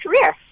career